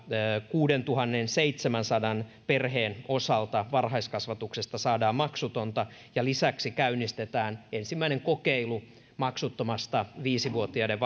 kuuteentuhanteenseitsemäänsataan perheen osalta varhaiskasvatuksesta saadaan maksutonta ja lisäksi käynnistetään ensimmäinen kokeilu maksuttomasta viisivuotiaiden